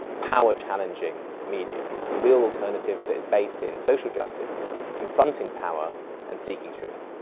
power challenging media. a real alternative that is based in social justice, confronting power and seeking truth.